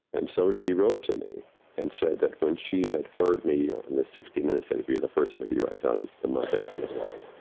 and so, she wrote to me and said that when she had heard me on the sixty minutes interview, the first interview i'd done the month after the flight,